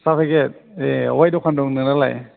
साहा पेकेट ए अहाय दखान दङ नोंनालाय